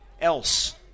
else